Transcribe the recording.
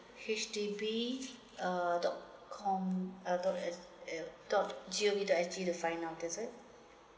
H_D_B uh dot com uh dot H~ uh dot G O V dot S G to find out is it